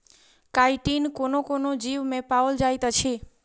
chitin कोनो कोनो जीवमे पाओल जाइत अछि